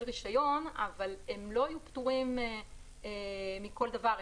רישיון אבל הם לא יהיו פטורים מכל דבר.